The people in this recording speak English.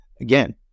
Again